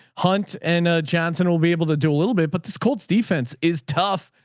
hunt and ah johnson will be able to do a little bit, but this cold steve fence is tough.